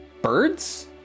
birds